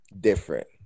different